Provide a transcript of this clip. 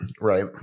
right